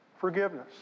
forgiveness